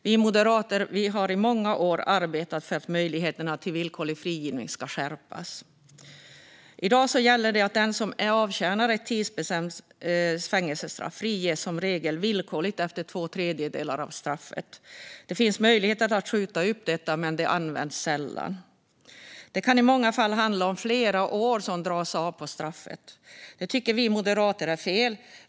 Vi moderater har i många år arbetat för att möjligheterna till villkorlig frigivning ska skärpas. I dag gäller att den som avtjänar ett tidsbestämt fängelsestraff som regel friges villkorligt efter två tredjedelar av strafftiden. Det finns möjlighet att skjuta upp detta, men den används sällan. Det kan i många fall handla om att flera år dras av på straffet. Det tycker vi moderater är fel.